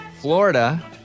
Florida